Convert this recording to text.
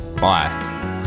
Bye